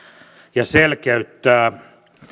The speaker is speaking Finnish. ja selkeyttää